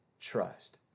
trust